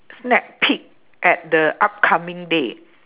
snack peak at the upcoming day